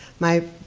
my,